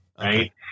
Right